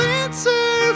answer